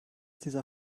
dieser